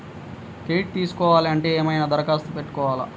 Credit తీసుకోవాలి అంటే ఏమైనా దరఖాస్తు పెట్టుకోవాలా?